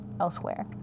elsewhere